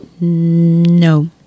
No